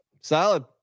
Solid